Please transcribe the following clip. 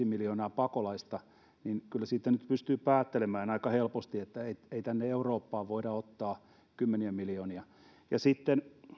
miljoonaa pakolaista niin kyllä siitä nyt pystyy päättelemään aika helposti että ei tänne eurooppaan voida ottaa kymmeniä miljoonia sitten